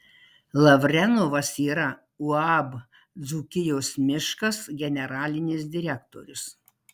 lavrenovas yra uab dzūkijos miškas generalinis direktorius